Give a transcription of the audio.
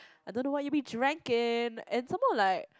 I don't know what you'll be drinking and some more like